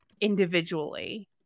individually